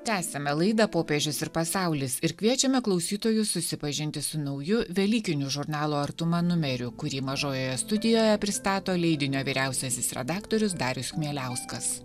tęsiame laidą popiežius ir pasaulis ir kviečiame klausytojus susipažinti su nauju velykiniu žurnalo artuma numeriu kurį mažojoje studijoje pristato leidinio vyriausiasis redaktorius darius chmieliauskas